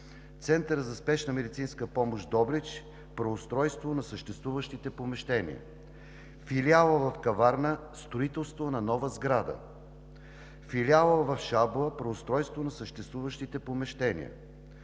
Центърът за спешна медицинска помощ Добрич – преустройство на съществуващите помещения; Филиалът в Каварна – строителство на нова сграда; Филиалът в Шабла – преустройство на съществуващите помещения;